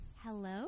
Hello